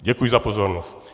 Děkuji za pozornost.